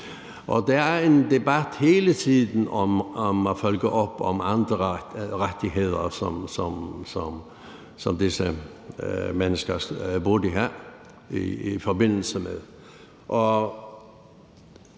og der er en debat hele tiden om at følge op med andre rettigheder, som disse mennesker burde have i forbindelse hermed.